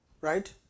Right